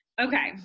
Okay